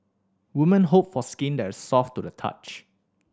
women hope for skin that is soft to the touch